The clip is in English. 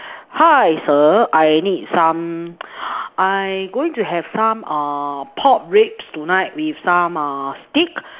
hi sir I need some I going to have some uh pork ribs tonight with some uh steak